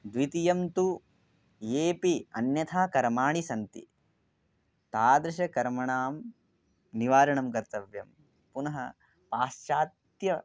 द्वितीयं तु यान्यपि अन्यथा कर्माणि सन्ति तादृशानां कर्मणां निवारणं कर्तव्यं पुनः पाश्चात्य